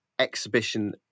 exhibition